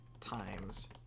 times